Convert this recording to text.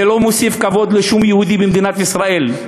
זה לא מוסיף כבוד לשום יהודי במדינת ישראל.